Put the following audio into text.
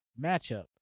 matchup